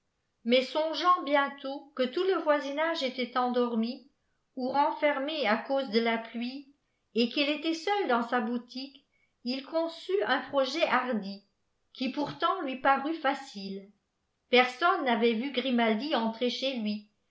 mais songeant bientôt que tout le voisinage était endormi où'renfèrmé à cause de la pluie et qu'il était seul dans sa boulitué il conlut un projet hardi qui pourtant kii part facile pérsonhë n'avaitf vu griinaldi entrer chez lui